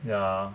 ya